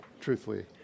truthfully